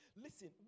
Listen